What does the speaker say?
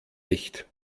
nicht